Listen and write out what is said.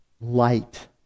light